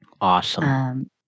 Awesome